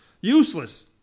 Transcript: useless